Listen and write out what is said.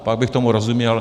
Pak bych tomu rozuměl.